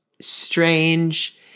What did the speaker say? strange